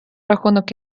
рахунок